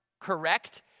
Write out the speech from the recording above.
correct